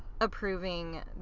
approving